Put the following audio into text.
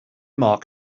mark